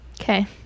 okay